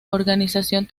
organización